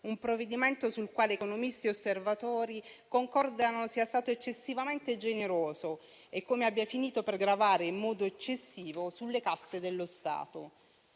un provvedimento sul quale economisti e osservatori concordano sia stato eccessivamente generoso e abbia finito per gravare in modo eccessivo sulle casse dello Stato.